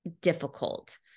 difficult